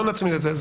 לא נצמיד את זה.